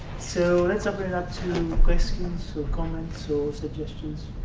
so let's open it up to questions comments, or suggestions.